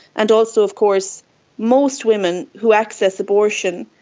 and also of course most women who access abortion,